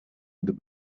with